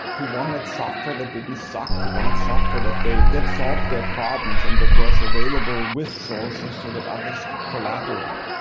who wanted software that didn't suck. who wanted software that did solve their problems and that was available with sources so that others could collaborate.